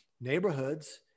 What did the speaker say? neighborhoods